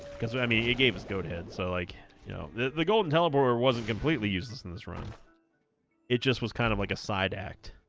because i mean he gave us goat head so like you know the golden teleporter wasn't completely useless in this room it just was kind of like a side act